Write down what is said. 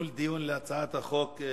נרשמו לדיון בהצעת החוק: